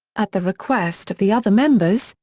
at the request of the other members,